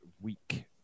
week